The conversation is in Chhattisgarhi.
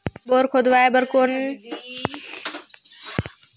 बोर खोदवाय बर कौन योजना ले सहायता मिल सकथे?